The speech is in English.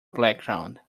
background